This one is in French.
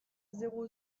zéro